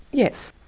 yes.